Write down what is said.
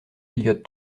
elliott